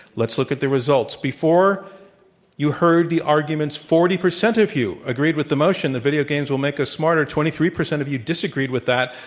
let's look at the results. before you heard the arguments forty percent of you agreed with the motion that, video games will make us smarter, smarter, twenty three percent of you disagreed with that.